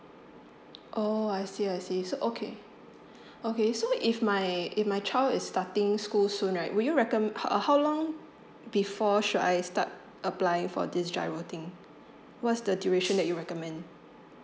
oh I see I see so okay okay so if my if my child is starting school soon right would you recomm~ ho~ how long before should I start applying for this GIRO thing what's the duration that you recommend